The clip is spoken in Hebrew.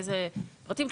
איזה פרטים,